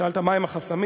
שאלת מה הם החסמים.